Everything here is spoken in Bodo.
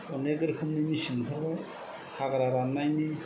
अनेख रोखोमनि मेचिन ओंखारबाय हाग्रा राननायनि